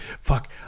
Fuck